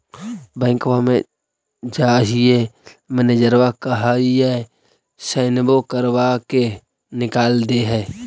बैंकवा मे जाहिऐ मैनेजरवा कहहिऐ सैनवो करवा के निकाल देहै?